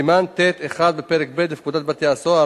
סימן ט'1 בפרק ב' לפקודת בתי-הסוהר ,